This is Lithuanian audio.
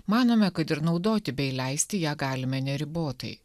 manome kad ir naudoti bei leisti ją galime neribotai